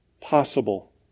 possible